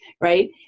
Right